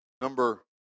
number